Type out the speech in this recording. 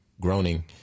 groaning